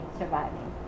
surviving